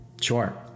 sure